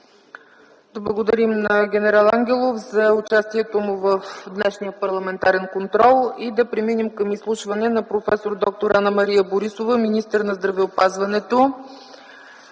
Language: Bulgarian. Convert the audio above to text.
Да благодарим на генерал Ангелов за участието му в днешния парламентарен контрол и да преминем към изслушване на проф. д-р Анна-Мария Борисова, министър на здравеопазването.